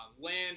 land